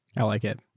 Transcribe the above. i like it.